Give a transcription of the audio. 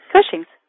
Cushing's